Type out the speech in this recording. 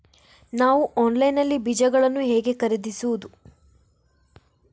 ನಾವು ಆನ್ಲೈನ್ ನಲ್ಲಿ ಬೀಜಗಳನ್ನು ಹೇಗೆ ಖರೀದಿಸುವುದು?